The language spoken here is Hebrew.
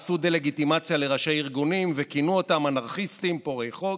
עשו דה-לגיטימציה לראשי ארגונים וכינו אותם אנרכיסטים פורעי חוק.